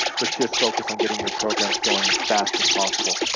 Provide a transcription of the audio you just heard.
but just focus on getting your programs going as fast as possible.